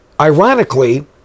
ironically